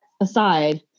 aside